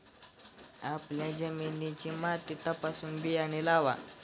आपल्या जमिनीची माती तपासूनच बियाणे लावा